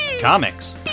comics